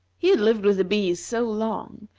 he had lived with the bees so long,